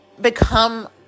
become